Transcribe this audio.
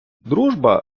дружба